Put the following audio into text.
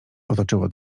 otoczyło